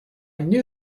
knew